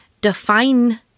define